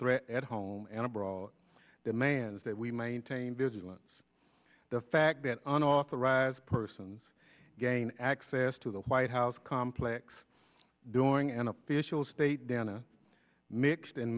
threat at home and abroad demands that we maintain vigilance the fact that unauthorized persons gain access to the white house complex during an appeals state downa mixed